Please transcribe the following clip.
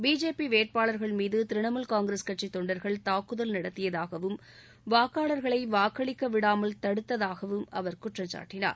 BJP வேட்பாளர்கள் மீது திரிணாமுல் காங்கிரஸ் கட்சி தொண்டர்கள் தாக்குதல் நடத்தியதாகவும் வாக்காளர்களை வாக்களிக்க விடாமல் தடுத்ததாகவும் அவர் குற்றம் சாட்டினார்